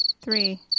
Three